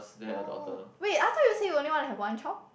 oh wait I thought you say you only want to have one child